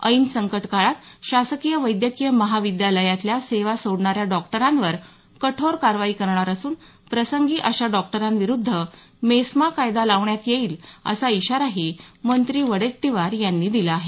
ऐन संकट काळात शासकीय वैद्यकीय महाविद्यालयातल्या सेवा सोडणाऱ्या डॉक्टरांवर कठोर कारवाई करणार असून प्रसंगी अशा डॉक्टरांविरुद्ध मेस्मा कायदा लावण्यात येईल असा इशाराही मंत्री वडेट्टीवार यांनी दिला आहे